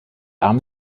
arme